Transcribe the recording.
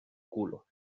culo